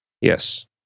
Yes